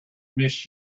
miss